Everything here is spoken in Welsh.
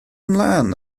ymlaen